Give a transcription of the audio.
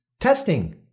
Testing